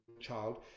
child